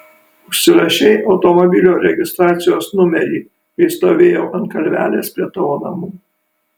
užsirašei automobilio registracijos numerį kai stovėjau ant kalvelės prie tavo namų